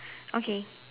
okay